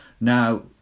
Now